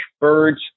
birds